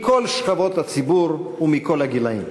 מכל שכבות הציבור ומכל הגילאים.